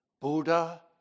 Buddha